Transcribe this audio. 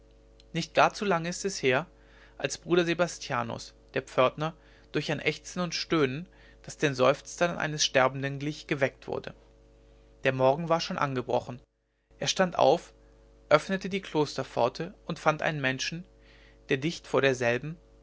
nicht gar zu lange ist es her als bruder sebastianus der pförtner durch ein ächzen und stöhnen das den seufzern eines sterbenden glich geweckt wurde der morgen war schon angebrochen er stand auf öffnete die klosterpforte und fand einen menschen der dicht vor derselben